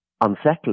unsettling